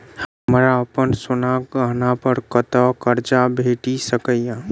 हमरा अप्पन सोनाक गहना पड़ कतऽ करजा भेटि सकैये?